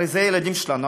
הרי אלה הילדים שלנו.